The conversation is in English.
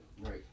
Right